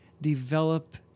develop